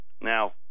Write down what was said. now